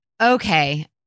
Okay